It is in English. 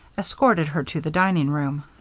escorted her to the dining-room.